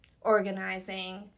organizing